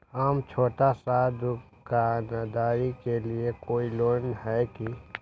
हम छोटा सा दुकानदारी के लिए कोई लोन है कि?